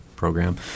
program